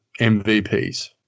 MVPs